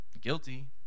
guilty